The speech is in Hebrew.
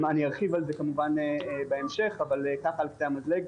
ארחיב כמובן בהמשך, אבל כך על קצה המזלג.